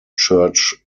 church